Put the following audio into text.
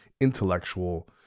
intellectual